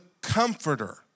comforter